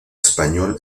español